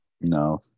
No